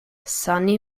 sunni